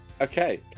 Okay